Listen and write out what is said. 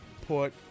put